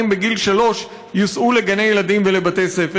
בגיל שלוש יוסעו לגני ילדים ולבתי ספר?